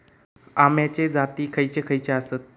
अम्याचे जाती खयचे खयचे आसत?